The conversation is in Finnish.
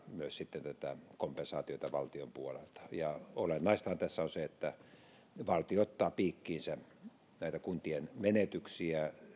myös täsmätapa hoitaa tätä kompensaatiota valtion puolelta olennaistahan tässä on se että valtio ottaa piikkiinsä näitä kuntien menetyksiä